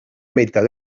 meitat